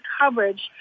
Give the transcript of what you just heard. coverage